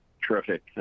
Terrific